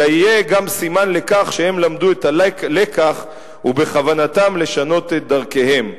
אלא גם יהיה סימן לכך שהם למדו את הלקח ובכוונתם לשנות את דרכיהם".